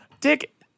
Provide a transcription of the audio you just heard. Dick